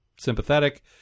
sympathetic